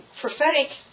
prophetic